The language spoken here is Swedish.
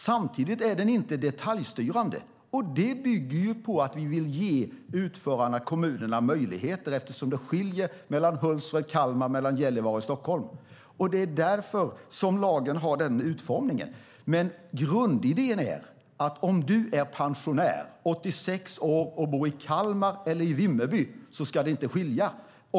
Samtidigt är den inte detaljstyrande, och det bygger ju på att vi vill ge utförarna, det vill säga kommunerna, möjligheter eftersom det skiljer mellan Hultsfred och Kalmar, mellan Gällivare och Stockholm. Det är därför lagen har denna utformning. Grundidén är dock att om du är en 86-årig pensionär och bor i Kalmar eller i Vimmerby så ska det inte skilja sig åt.